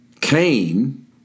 Cain